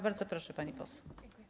Bardzo proszę, pani poseł.